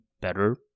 better